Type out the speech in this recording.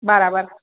બરાબર